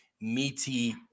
meaty